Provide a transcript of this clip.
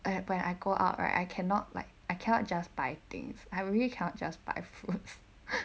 I had when I go out right I cannot like I cannot just buy things I really cannot just buy fruits